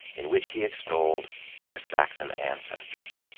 in which he extolled our saxon ancestors.